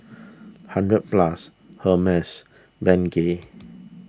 hundred Plus Hermes Bengay